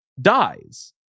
dies